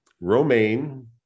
romaine